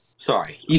Sorry